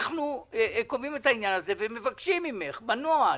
אנחנו קובעים את העניין הזה ומבקשים ממך בנוהל,